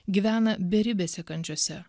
gyvena beribėse kančiose